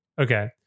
Okay